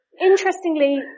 Interestingly